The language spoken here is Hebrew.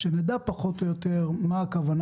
הרצון